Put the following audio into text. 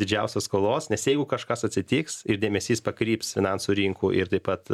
didžiausios skolos nes jeigu kažkas atsitiks ir dėmesys pakryps finansų rinkų ir taip pat